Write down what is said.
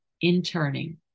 Interning